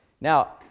Now